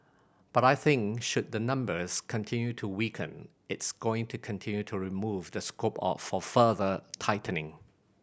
but I think should the numbers continue to weaken it's going to continue to remove the scope of for further tightening